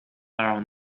around